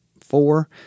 four